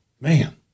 Man